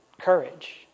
courage